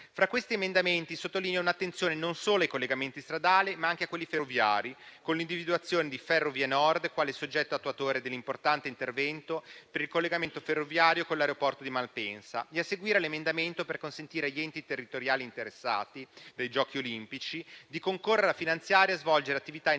Fra questi emendamenti sottolineo un'attenzione non solo ai collegamenti stradali, ma anche a quelli ferroviari, con l'individuazione di Ferrovienord quale soggetto attuatore dell'importante intervento per il collegamento ferroviario con l'aeroporto di Malpensa e, a seguire, l'emendamento per consentire agli enti territoriali interessati dai Giochi olimpici di concorrere a finanziare e a svolgere attività inerenti